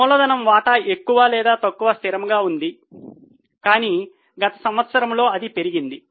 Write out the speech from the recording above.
మూలధనం వాటా ఎక్కువ లేదా తక్కువ స్థిరంగా ఉంది కానీ గత సంవత్సరంలో అది పెరిగింది